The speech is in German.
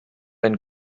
ein